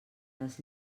les